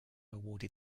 awarded